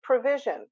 Provision